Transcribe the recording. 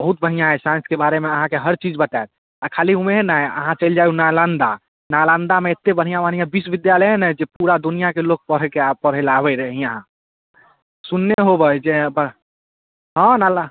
बहुत बढ़िऑं अइ साइन्सके बारेमे अहाँकेँ हर चीज बतायत आ खाली उहे नहि अहाँ चैलि जाउ नालन्दा नालन्दामे एते बढ़िऑं बढ़िऑं बिश्वबिद्यालय है ने जे पूरा दुनिऑंके लोक पढ़ैके आ पढ़ैके लेल आबै है इहाॅं सुनने होबै जे हँ नालन्दा